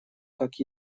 как